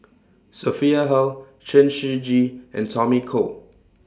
Sophia Hull Chen Shiji and Tommy Koh